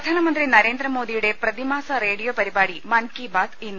പ്രധാനമന്ത്രി നരേന്ദ്രമോദിയുടെ പ്രതിമാസ റേഡിയോ പരി പാടി മൻ കി ബാത് ഇന്ന്